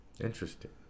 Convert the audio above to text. Interesting